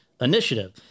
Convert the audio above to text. Initiative